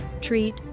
treat